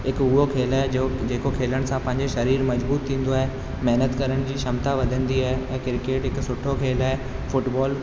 हिकु उहो खेल आहे जो जेको खेलण सां पंहिंजो शरीर मज़बूत थींदो आहे महिनत करण जी क्षमता वधंदी आहे ऐं किरकेट हिकु सुठो खेल आहे फुटबॉल